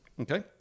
Okay